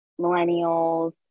millennials